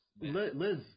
Liz